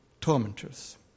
tormentors